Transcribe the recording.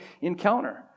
encounter